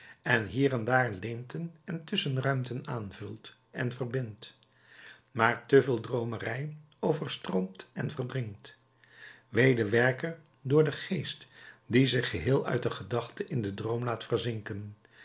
en hier en daar leemten en tusschenruimten aanvult en verbindt maar te veel droomerij overstroomt en verdrinkt wee den werker door den geest die zich geheel uit de gedachte in den droom laat